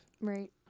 Right